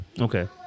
Okay